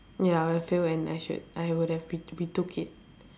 ya I'll fail and I should I would have re~ retook it